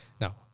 Now